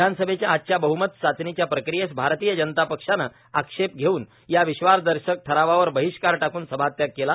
विधानसभेच्या आजच्या बहुमत चाचणीच्या प्रक्रियेस भारतीय जनता पक्षानं आक्षेप घेऊन या विश्वासदर्शक ठरावावर बहि कार टाकून सभात्याग केला